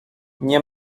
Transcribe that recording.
nie